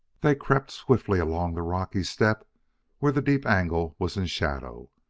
they crept swiftly along the rocky step where the deep angle was in shadow.